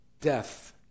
death